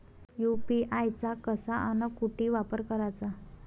UPI चा कसा अन कुटी वापर कराचा?